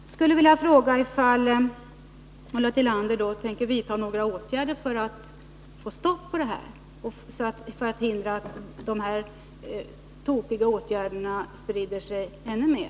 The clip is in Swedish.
Jag skulle vilja fråga ifall Ulla Tillander tänker vidta några åtgärder för att få stopp på det här och för att förhindra att dessa tokiga åtgärder sprider sig ännu mer.